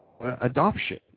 adoption